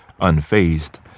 Unfazed